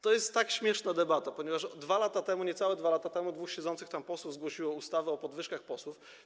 To jest tak śmieszna debata, ponieważ 2 lata temu, niecałe 2 lata temu dwóch siedzących tam posłów zgłosiło ustawę o podwyżkach dla posłów.